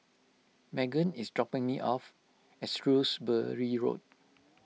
Meggan is dropping me off at Shrewsbury Road